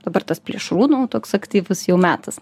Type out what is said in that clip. dabar tas plėšrūnų toks aktyvus jau metas